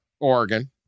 Oregon